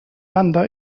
banda